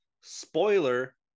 spoiler